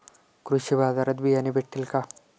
कृषी बाजारात बियाणे भेटतील का?